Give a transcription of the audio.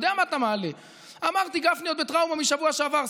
98 ולא יכולתי לנאום פה 12 שעות זה סיפור אחר.